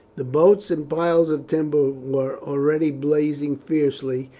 the boats and piles of timber were already blazing fiercely,